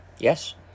Yes